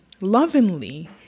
lovingly